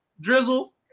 Drizzle